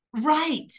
Right